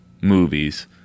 movies